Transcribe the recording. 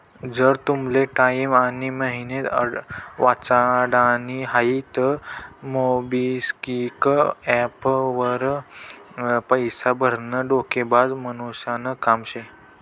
जर तुमले टाईम आनी मेहनत वाचाडानी व्हयी तं मोबिक्विक एप्प वर पैसा भरनं डोकेबाज मानुसनं काम शे